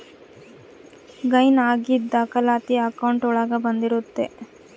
gain ಆಗಿದ್ ದಾಖಲಾತಿ account ಒಳಗ ಬಂದಿರುತ್ತೆ